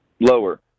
Lower